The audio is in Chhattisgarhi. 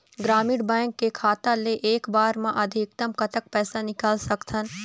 ग्रामीण बैंक के खाता ले एक बार मा अधिकतम कतक पैसा निकाल सकथन?